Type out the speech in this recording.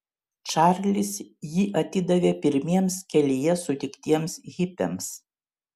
čarlis jį atidavė pirmiems kelyje sutiktiems hipiams